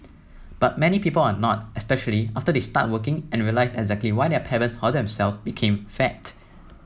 but many people are not especially after they start working and realise exactly why their parents or themselves became fat